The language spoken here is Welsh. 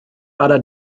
bara